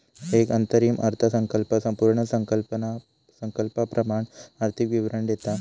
एक अंतरिम अर्थसंकल्प संपूर्ण अर्थसंकल्पाप्रमाण आर्थिक विवरण देता